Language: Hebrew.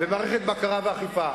ומערכת בקרה ואכיפה.